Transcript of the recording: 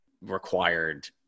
required